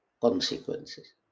consequences